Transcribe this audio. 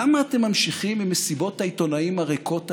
למה אתם ממשיכים עם מסיבות העיתונאים הריקות האלה?